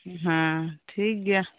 ᱦᱮᱸ ᱴᱷᱤᱠ ᱜᱮᱭᱟ